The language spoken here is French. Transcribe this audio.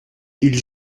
ils